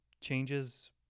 changes